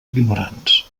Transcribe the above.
ignorants